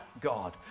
God